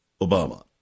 Obama